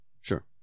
Sure